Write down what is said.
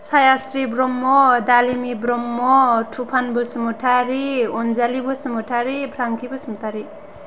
Sayasri Brahma Dalimi Brahma Tufan Basumatary Anjali Basumatary Franki Basumatary